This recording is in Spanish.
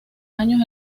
años